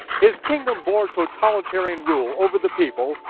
his kingdom bore totalitarian rule over the people,